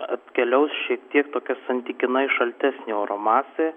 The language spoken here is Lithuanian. atkeliaus šiek tiek tokia santykinai šaltesnė oro masė